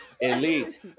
elite